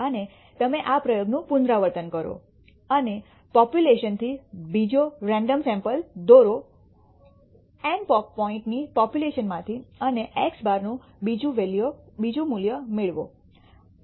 અને તમે આ પ્રયોગનું પુનરાવર્તન કરો અને વસ્તીથી બીજો રેન્ડમ સૈમ્પલ દોરો N પોઇન્ટની પોપ્યુલેશન માંથી અને x̅ નું બીજું મૂલ્ય મેળવો